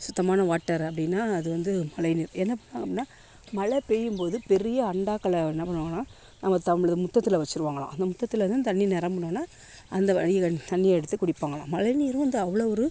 சுத்தமான வாட்டர் அப்படினா அது வந்து மழை நீர் என்ன அப்படினா மழை பெய்யும்போது பெரிய அண்டாக்களை என்ன பண்ணுவாங்கனா நம்ப முற்றத்துல வச்சுருவாங்களாம் அந்த முற்றத்துல தான் தண்ணி நிரம்புனோனே அந்த தண்ணியை எடுத்து குடிப்பாங்களாம் மழை நீரும் வந்து அவ்வளோ ஒரு